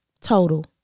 Total